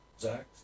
Zach